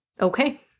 Okay